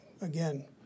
Again